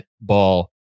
ball